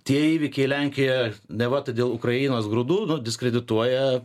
tie įvykiai lenkijoje neva todėl ukrainos grūdų nu diskredituoja